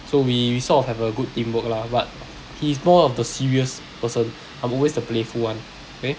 so we we sort of have a good teamwork lah but he is more of the serious person I'm always the playful one okay